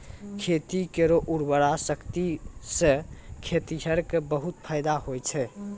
खेत केरो उर्वरा शक्ति सें खेतिहर क बहुत फैदा होय छै